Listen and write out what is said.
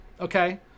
okay